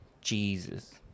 Jesus